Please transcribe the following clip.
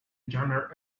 genre